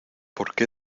porque